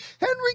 Henry